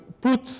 put